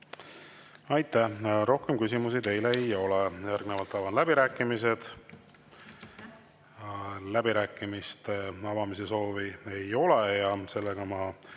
Aitäh! Rohkem küsimusi teile ei ole. Järgnevalt avan läbirääkimised. Läbirääkimiste soovi ei ole. Ma lõpetan